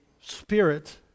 spirit